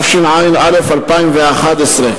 התשע"א 2011,